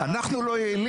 אנחנו לא יעילים?